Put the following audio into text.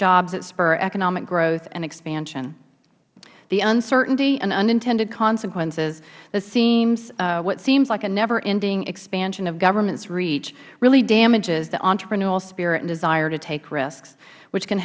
jobs that spur economic growth and expansion the uncertainty and unintended consequences of what seems like a never ending expansion of governments reach really damages the entrepreneurial spirit and desire to take risks which can